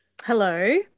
Hello